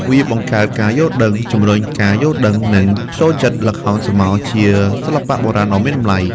វាបង្កើតការយល់ដឹង ជំរុញការយល់ដឹង និងចូលចិត្តល្ខោនស្រមោល ជាសិល្បៈបុរាណដ៏មានតម្លៃ។